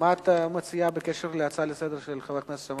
מה את מציעה בקשר להצעה לסדר-היום של חברת הכנסת שמאלוב?